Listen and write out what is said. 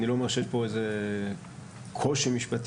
אני לא אומר שיש פה איזה קושי משפטי,